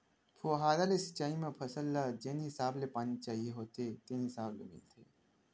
फुहारा ले सिंचई म फसल ल जेन हिसाब ले पानी चाही होथे तेने हिसाब ले मिलथे